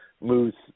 moves